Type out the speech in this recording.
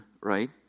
right